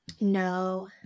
No